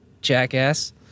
jackass